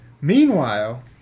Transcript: meanwhile